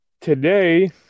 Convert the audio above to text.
Today